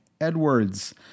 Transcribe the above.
Edwards